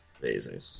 amazing